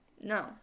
No